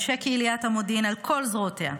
אנשי קהילת המודיעין על כל זרועותיה,